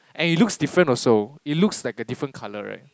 and it looks different also it looks like a different colour right